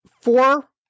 Four